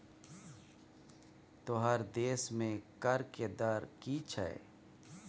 तोहर देशमे कर के दर की छौ?